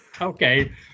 Okay